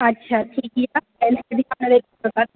अच्छा ठीक अइ पहिनेसँ धियान राख़िकऽ करब